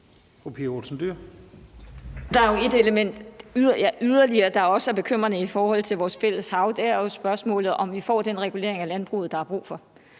Der er jo yderligere et element, der er bekymrende, i forhold til vores fælles hav. Det er spørgsmålet om, om vi får den regulering af landbruget, der er brug for.